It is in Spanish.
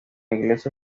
iglesia